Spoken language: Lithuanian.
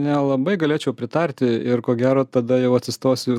nelabai galėčiau pritarti ir ko gero tada jau atsistosiu